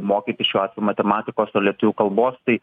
mokytis šiuo atveju matematikos ar lietuvių kalbos tai